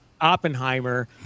Oppenheimer